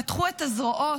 פתחו את הזרועות,